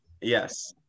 Yes